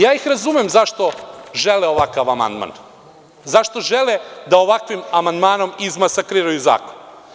Ja ih razumem zašto žele ovakav amandman, zašto žele da ovakvim amandmanom izmasakriraju zakon?